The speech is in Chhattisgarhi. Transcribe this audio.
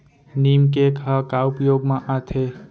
नीम केक ह का उपयोग मा आथे?